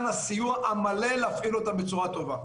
הסיוע המלא להפעיל אותם בצורה טובה.